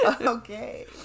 Okay